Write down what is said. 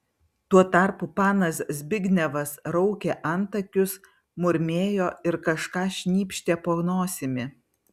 tuo tarpu panas zbignevas raukė antakius murmėjo ir kažką šnypštė po nosimi